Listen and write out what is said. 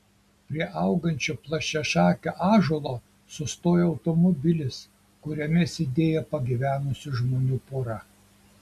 prie augančio plačiašakio ąžuolo sustojo automobilis kuriame sėdėjo pagyvenusių žmonių pora